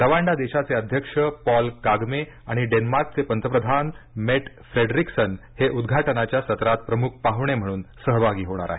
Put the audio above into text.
Rwanda देशाचे अध्यक्ष Paul Kagame आणि डेन्मार्कचे पंतप्रधान मेट फ्रेडरिकसन हे उद्घाटनाच्या सत्रात प्रमुख पाहुणे म्हणून सहभागी होणार आहेत